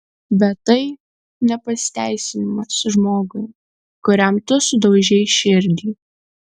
bet tai ne pasiteisinimas žmogui kuriam tu sudaužei širdį